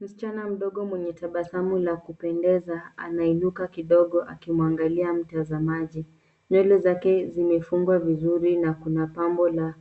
Msichana mdogo mwenye tabasamu la kupendeza anainuka kidogo akimwangalia mtazamaji. Nywele zake zimefungwa vizuri na kuna pambo la